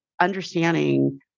understanding